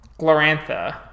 Glorantha